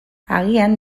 agian